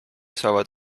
saavad